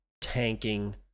tanking